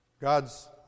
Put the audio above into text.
God's